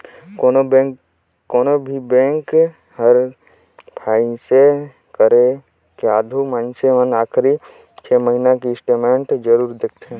कोनो भी बेंक हर फाइनेस करे के आघू मइनसे के आखरी छे महिना के स्टेटमेंट जरूर देखथें